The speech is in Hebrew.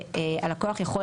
שהלקוח יכול